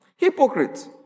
Hypocrite